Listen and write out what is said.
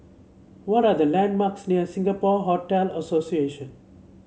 what are the landmarks near Singapore Hotel Association